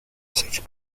such